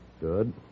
Good